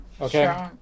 Okay